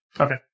Okay